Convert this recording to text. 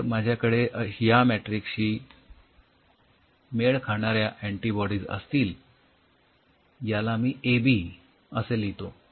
जर माझ्याकडे या मॅट्रिक्सशी मेळ खाणाऱ्या अँटीबॉडीज असतील याला मी एबी असे लिहितो